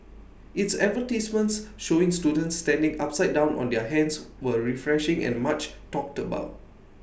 its advertisements showing students standing upside down on their hands were refreshing and much talked about